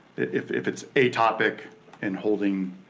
if if it's a topic in holding